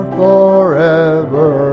forever